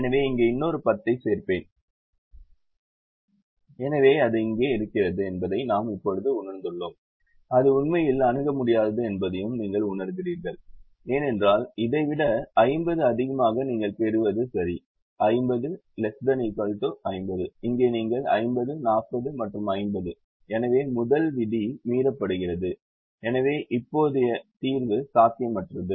எனவே இங்கே இன்னொரு 10 ஐச் சேர்ப்பேன் எனவே அது இங்கே இருக்கிறது என்பதை நாம் இப்போது உணர்ந்துள்ளோம் அது உண்மையில் அணுக முடியாதது என்பதையும் நீங்கள் உணருகிறீர்கள் ஏனென்றால் இதை விட 50 அதிகமாக நீங்கள் பெறுவது சரி 50 ≤ 50 இங்கே நீங்கள் 50 40 மற்றும் 50 எனவே முதல் விதி மீறப்படுகிறது எனவே இப்போதைய தீர்வு சாத்தியமற்றது